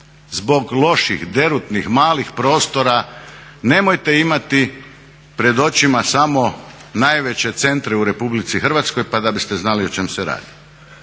zbog loših, derutnih, malih prostora. Nemojte imati pred očima samo najveće centre u Republici Hrvatskoj pa da biste znali o čemu se radi.